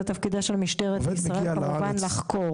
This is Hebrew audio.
זו תפקידה של משטרת ישראל לחקור.